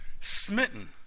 smitten